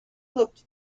looked